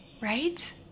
right